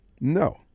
No